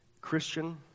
Christian